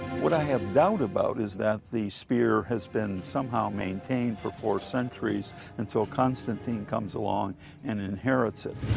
what i have doubt about is that the spear has been somehow maintained for four centuries until constantine comes along and inherits it.